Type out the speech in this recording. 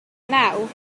naw